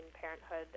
parenthood